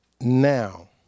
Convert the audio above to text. now